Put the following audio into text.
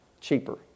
cheaper